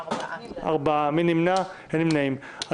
4 נמנעים,